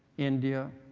india,